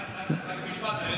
רק משפט.